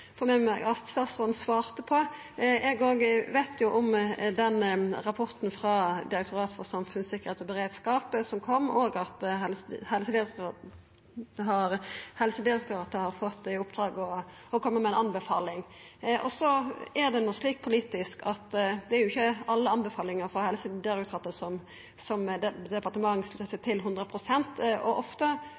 for Stortinget for å sikra legemiddelberedskapen i Noreg. Det kunne eg ikkje få med meg at statsråden svarte på. Eg òg veit om rapporten som kom frå Direktoratet for samfunnstryggleik og beredskap, og at Helsedirektoratet har fått i oppdrag å koma med ei anbefaling. Det er no slik politisk at det ikkje er alle anbefalingar frå Helsedirektoratet som departementet sluttar seg til 100 pst. Når det er viktige saker, kan dei ofte